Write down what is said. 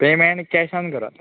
payment कॅशान करात